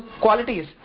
qualities